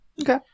Okay